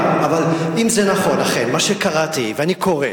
אבל אם זה נכון אכן מה שקראתי, ואני קורא